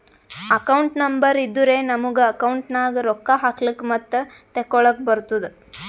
account number ಇದ್ದುರೆ ನಮುಗ account ನಾಗ್ ರೊಕ್ಕಾ ಹಾಕ್ಲಕ್ ಮತ್ತ ತೆಕ್ಕೊಳಕ್ಕ್ ಬರ್ತುದ್